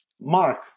mark